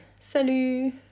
salut